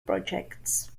projects